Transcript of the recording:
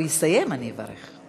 הוא יסיים, אני אברך.